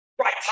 Right